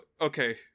okay